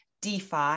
DeFi